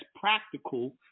practical